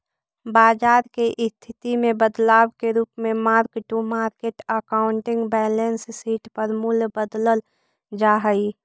बाजार के स्थिति में बदलाव के रूप में mark to market accounting balance sheet पर मूल्य बदलल जा हई